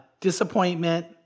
disappointment